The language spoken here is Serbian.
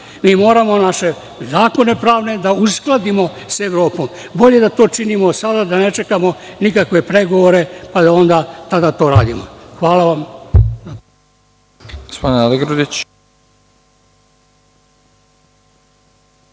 mi moramo naše zakone pravne da uskladimo sa Evropom. Bolje da to činimo sada, da ne čekamo nikakve pregovore, pa da onda tada to radimo. Hvala vam.